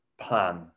plan